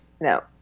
No